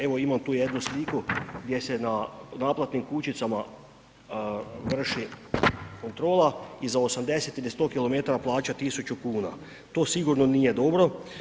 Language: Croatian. Evo imam tu jednu sliku gdje se na naplatnim kućicama vrši kontrola i za 80 ili 100 km plaća 1.000,00 kn, to sigurno nije dobro.